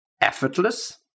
effortless